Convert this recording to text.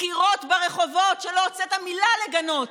דקירות ברחובות, שלא הוצאת מילה לגנות,